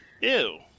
Ew